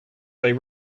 they